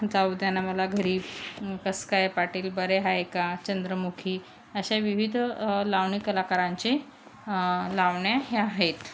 जाऊ द्या ना मला घरी कस काय पाटील बरे हाय का चंद्रमुखी अशा विविध लावणी कलाकारांचे लावण्या ह्या आहेत